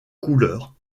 couleurs